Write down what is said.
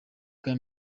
bwa